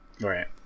Right